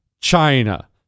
China